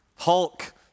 Hulk